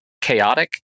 chaotic